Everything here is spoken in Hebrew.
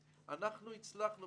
הוא לא נושא